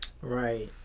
Right